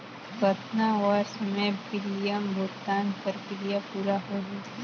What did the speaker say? कतना वर्ष मे प्रीमियम भुगतान प्रक्रिया पूरा होही?